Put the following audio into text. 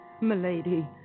Milady